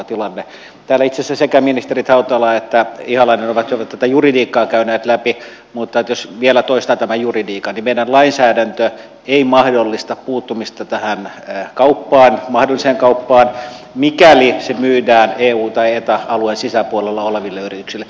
täällä itse asiassa sekä ministerit hautala että ihalainen ovat jo tätä juridiikkaa käyneet läpi mutta jos vielä toistan tämän juridiikan niin meidän lainsäädäntö ei mahdollista puuttumista tähän mahdolliseen kauppaan mikäli se myydään eu tai eta alueen sisäpuolella oleville yrityksille